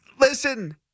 listen